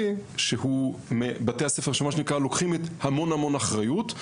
שהם מבתי הספר שלוקחים הרבה מאוד אחריות.